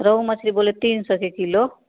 रोहू मछली बोले तीन सौ के किलो